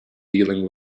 dealing